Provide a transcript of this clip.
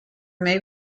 may